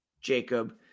Jacob